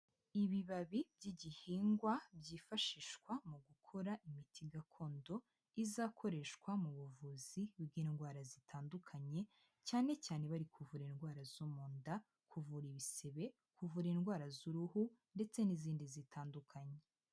Ibibabi by'igihingwa byifashishwa mu gukora imiti gakondo izakoreshwa mu buvuzi bw'indwara zitandukanye, cyane cyane bari kuvura indwara zo mu nda, kuvura ibisebe, kuvura indwara z'uruhu ndetse n'izindi zitandukanye.